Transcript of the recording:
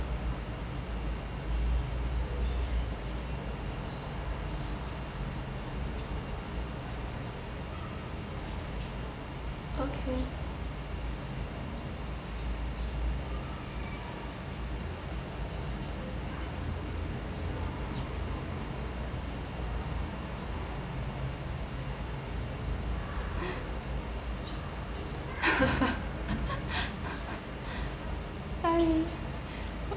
okay